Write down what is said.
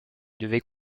devait